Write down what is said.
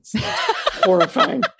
Horrifying